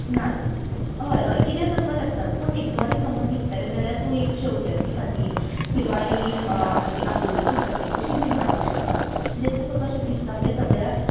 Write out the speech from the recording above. ना ना हय कितेंय करपा शकता पूण एक बरे समज दिसतले जाल्यार तूं एक शेवत्याची फातीं किव्हाही आबोल्याची फाती अशी बी माळपाक शकता म्हणजे तुका कशे दिसता म्हणजे सगळ्याक